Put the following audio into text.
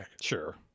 Sure